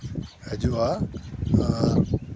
ᱦᱤᱡᱩᱜᱼᱟ ᱟᱨ